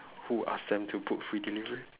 who ask them to put free delivery